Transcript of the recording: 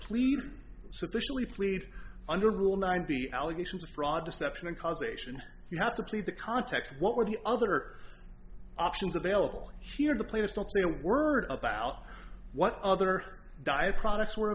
plead sufficiently plead under rule nine be allegations of fraud deception and causation you have to plead the context what were the other options available here the plaintiffs don't say a word about what other diet products were